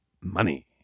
money